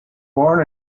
born